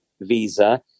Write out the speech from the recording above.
visa